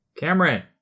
Cameron